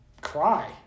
cry